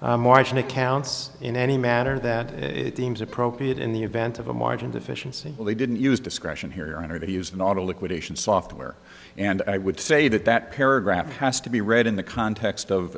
margin accounts in any matter that it deems appropriate in the event of a margin deficiency they didn't use discretion here and or they used an auto liquidation software and i would say that that paragraph has to be read in the context of